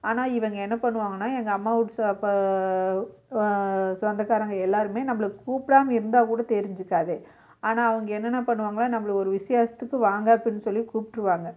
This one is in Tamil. ஆனால் இவங்க என்ன பண்ணுவாங்கனால் எங்கள் அம்மா வீட்டு சாப் சொந்தக்காரங்கள் எல்லாேருமே நம்மள கூப்பிடாம இருந்தால்கூட தெரிஞ்சிக்காது ஆனால் அவங்க என்னென்ன பண்ணுவாங்க நம்மள ஒரு விஷேசத்துக்கு வாங்க அப்படின்னு சொல்லி கூப்பிட்ருவாங்க